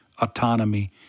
autonomy